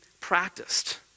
practiced